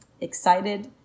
excited